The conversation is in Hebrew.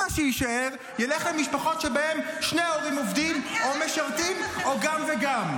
מה שיישאר ילך למשפחות שבהן שני ההורים עובדים או משרתים או גם וגם.